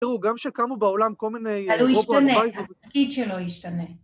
תראו, גם שקמו בעולם כל מיני מוביילים... אבל הוא השתנה, התפקיד שלו השתנה.